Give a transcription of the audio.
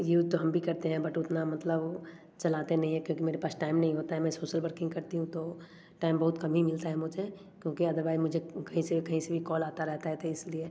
use तो हम भी करते हैं बट उतना मतलब चलाते नहीं है क्योंकि मेरे पास टाइम नहीं होता है मैं सोशल वर्किंग करती हूँ तो टाइम बहुत कम ही मिलता है मुझे क्योंकि अदरवाइज़ मुझे कहीं से कहीं से भी कॉल आता रहता है तो इसलिए